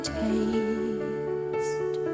taste